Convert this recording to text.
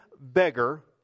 beggar